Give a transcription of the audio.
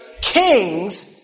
kings